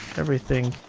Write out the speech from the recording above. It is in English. everything.